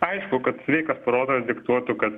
aišku kad sveikas protas diktuotų kad